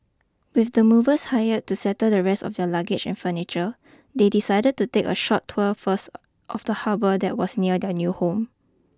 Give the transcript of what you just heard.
with the movers hired to settle the rest of their luggage and furniture they decided to take a short tour first of the harbour that was near their new home